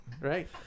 Right